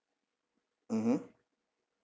mmhmm